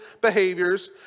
behaviors